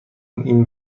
این